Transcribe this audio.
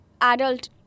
adult